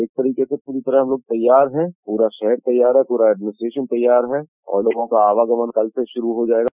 एक तरीके से पूरी तरह हम लोग तैयार हैं पूरा शहर तैयार है पूरा एडमिनिट्रेशन तैयार है और लोगों का आवागमन कल से शुरू हो जायेगा